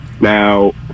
Now